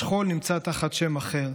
השכול נמצא תחת שם אחר,